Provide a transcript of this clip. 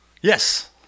Yes